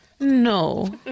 No